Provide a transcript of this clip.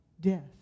death